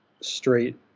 straight